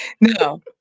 No